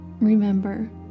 Remember